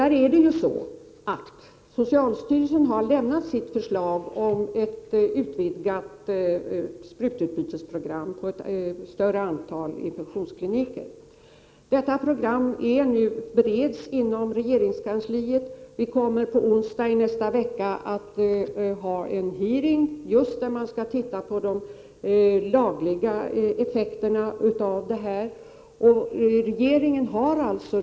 Socialstyrelsen har utarbetat ett förslag om ett utvidgat sprututbytesprogram på ett större antal infektionskliniker. Programmet bereds nu i regeringskansliet. På onsdag i nästa vecka anordnas det en hearing, där man just skall titta på de lagliga effekterna av detta program.